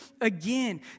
again